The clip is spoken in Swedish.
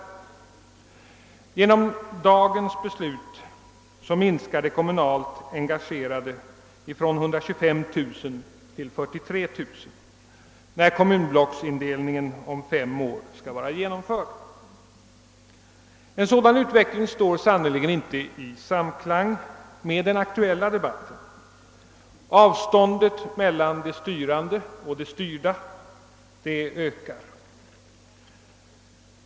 Efter ett bifall till dagens förslag skulle de kommunalt engagerade minska från 125 000 till 43 000 när kommunblocksindelningen om fem år skall vara genomförd. En sådan utveckling står sannerligen inte i samklang med den aktuella debatten. Avståndet mellan de styrande och de styrda ökar.